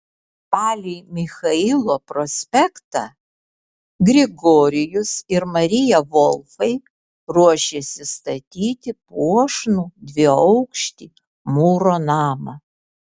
palei michailo prospektą grigorijus ir marija volfai ruošėsi statyti puošnų dviaukštį mūro namą